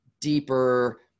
deeper